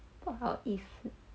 不好意思